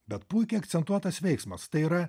bet puikiai akcentuotas veiksmas tai yra